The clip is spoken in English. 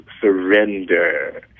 surrender